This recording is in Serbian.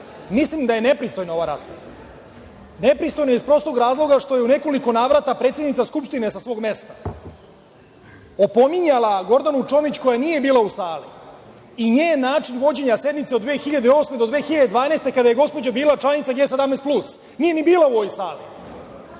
da je nepristojna ova rasprava. Nepristojna iz prostog razloga što je u nekoliko navrata predsednica Skupštine sa svog mesta opominjala Gordanu Čomić koja nije bila u sali i njen način vođenja sednice od 2008. do 2012. godine, kada je gospođa bila članica G17 plus. Nije ni bila u ovoj sali.